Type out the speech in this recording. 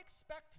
expect